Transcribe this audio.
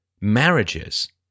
marriages